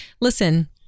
listen